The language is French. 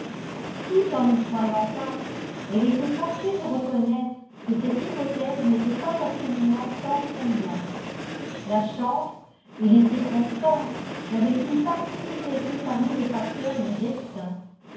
tout en n'y croyant pas elle était forcée de reconnaître que cette hypothèse n'était pas absolument sans fondement la chance et les circonstances n'avaient-ils pas toujours été parmi les facteurs du destin